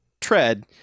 tread